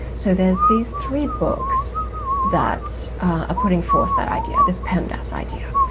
so there's these three books that are putting forth that idea, this pemdas idea.